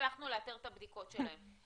במעבדה והצלחנו לאתר את הבדיקות שלהם.